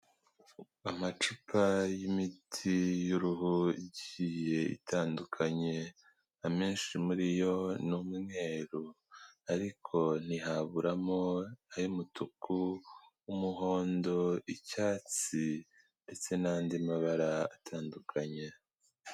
Amacupa y'imiti y'uruhu igiye itandukanye, amenshi muri yo ni umweru, ariko ntihaburamo ay'umutuku, umuhondo, icyatsi ndetse n'andi mabara atandukanye.